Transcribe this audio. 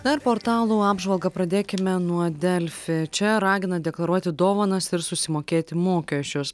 na ir portalų apžvalgą pradėkime nuo delfi čia ragina deklaruoti dovanas ir susimokėti mokesčius